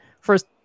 first